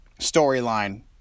storyline